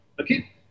Okay